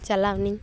ᱪᱟᱞᱟᱣ ᱮᱱᱟᱹᱧ